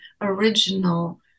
original